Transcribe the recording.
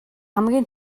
хамгийн